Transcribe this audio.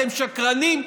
אתם שקרנים,